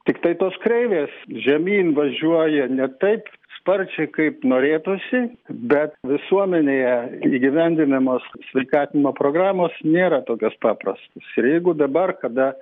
tiktai tos kreivės žemyn važiuoja ne taip sparčiai kaip norėtųsi bet visuomenėje įgyvendinamos sveikatinimo programos nėra tokios paprastos ir jeigu dabar kada